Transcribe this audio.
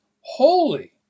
Holy